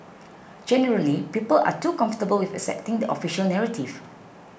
generally people are too comfortable with accepting the official narrative